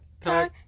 talk